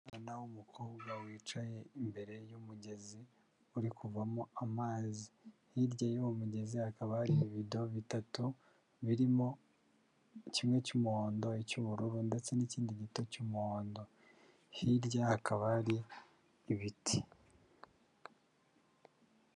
Umwana w'umukobwa wicaye imbere y'umugezi, uri kuvamo amazi, hirya y'uwo mugezi akaba hari ibido bitatu, birimo kimwe cy'umuhondo, oicy'ubururu ndetse n'ikindi gito cy'umuhondo, hirya hakaba hari ibiti.